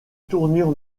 tournure